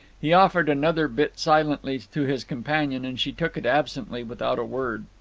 he offered another bit silently to his companion, and she took it absently, without a word.